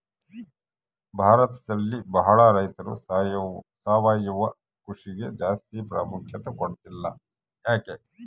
ಭಾರತದಲ್ಲಿ ಬಹಳ ರೈತರು ಸಾವಯವ ಕೃಷಿಗೆ ಜಾಸ್ತಿ ಪ್ರಾಮುಖ್ಯತೆ ಕೊಡ್ತಿಲ್ಲ ಯಾಕೆ?